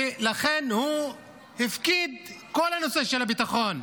לכן הוא הפקיד את כל הנושא של הביטחון,